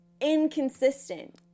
inconsistent